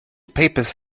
papers